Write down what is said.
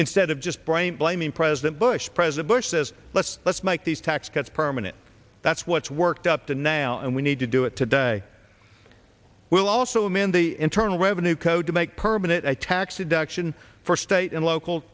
instead of just brain blaming president bush president bush says let's let's make these tax cuts permanent that's what's worked up to now and we need to do it today we'll also i'm in the internal revenue code to make permanent a tax deduction for state and local